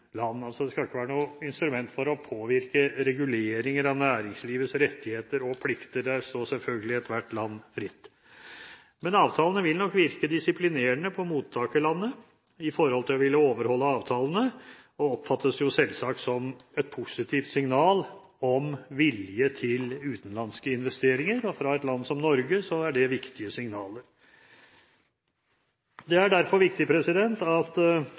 det skal ikke være noe instrument for å påvirke reguleringer av næringslivets rettigheter og plikter. Der står selvfølgelig ethvert land fritt. Men avtalene vil nok virke disiplinerende på mottakerlandene når det gjelder å overholde avtalene, og oppfattes selvsagt som et positivt signal om vilje til utenlandske investeringer. Og fra et land som Norge er det viktige signaler. Det er derfor viktig at